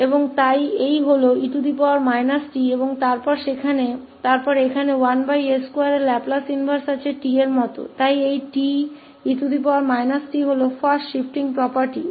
और इसलिए यह है e t और फिर यहाँ हमारे पास है इस 1s2 का इनवर्स लाप्लास t तो यह रहा है te t यह पहली शिफ्टिंग property का उपयोग करहै